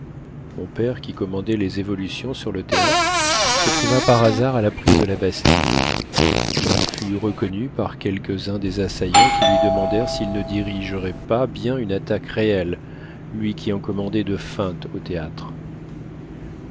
mon père qui commandait les évolutions sur le théâtre se trouva par hasard à la prise de la bastille il fut reconnu par quelques-uns des assaillants qui lui demandèrent s'il ne dirigerait pas bien une attaque réelle lui qui en commandait de feintes au théâtre